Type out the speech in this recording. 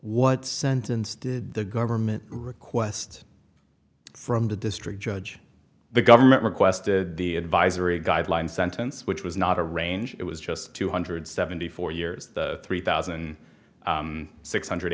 what sentence did the government request from the district judge the government requested the advisory guideline sentence which was not a range it was just two hundred seventy four years the three thousand six hundred